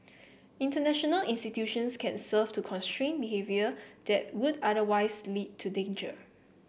international institutions can serve to constrain behaviour that would otherwise lead to danger